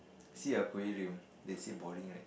Sea Aquarium they said boring right